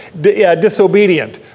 disobedient